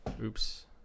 Oops